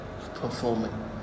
performing